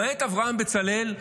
למעט אברהם בצלאל,